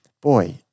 boy